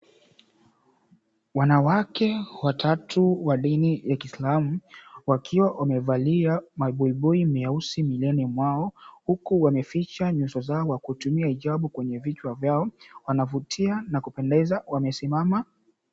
Wanawake watatu wa dini la Kiislamu wakiwa wamevalia mabuibui mieusi mwilini mwao huku wameficha nyuso zao kutumia hijabu kwenye vichwa vyao. Wanavutia na kupendeza, wamesimama.